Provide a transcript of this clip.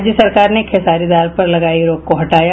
राज्य सरकार ने खेसारी दल पर लगायी रोक को हटाया